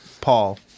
Paul